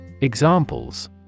Examples